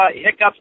hiccups